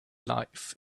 life